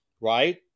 right